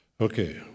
Okay